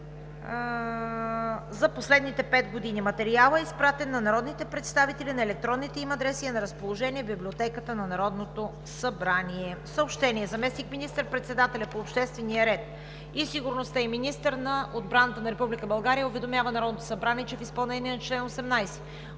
за последните пет години. Материалът е изпратен на народните представители на електронните им адреси и е на разположение в Библиотеката на Народното събрание.“